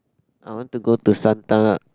I want to go to Santana~